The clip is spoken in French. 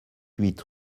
huit